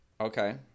Okay